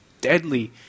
deadly